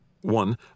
One